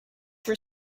were